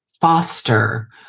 foster